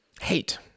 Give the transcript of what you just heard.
hate